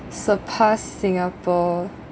surpass singapore